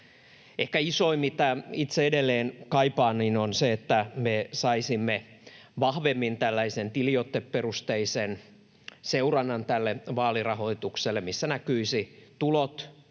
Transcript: Ehkä isoin asia, mitä itse edelleen kaipaan, on se, että me saisimme vahvemmin tällaisen tilioteperusteisen seurannan vaalirahoitukselle, missä näkyisivät tulot